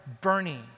burning